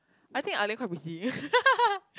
I think ah lian quite pretty